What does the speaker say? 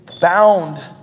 bound